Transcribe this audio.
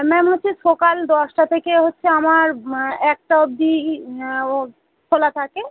ma'am হচ্ছে সকাল দশটা থেকে হচ্ছে আমার একটা অবধি ও খোলা থাকে